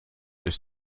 ist